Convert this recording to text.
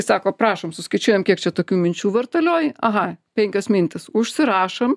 sako prašom suskaičiuojam kiek čia tokių minčių vartalioji aha penkios mintys užsirašom